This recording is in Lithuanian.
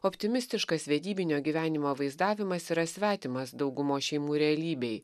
optimistiškas vedybinio gyvenimo vaizdavimas yra svetimas daugumos šeimų realybei